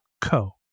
co